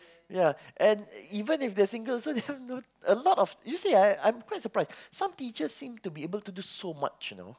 ya and even if they're single also they have no a lot of you see ah I'm I'm quite surprised some teachers seem to be able to do so much you know